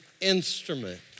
instrument